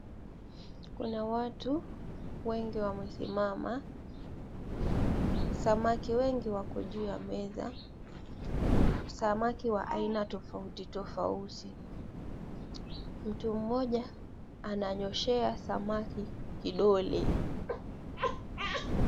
Kuna watu wengi wamesimama. Samaki wengi wako juu ya meza, samaki wa aina tofauti tofauti. Mtu mmoja ananyoshea samaki kidole.